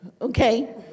Okay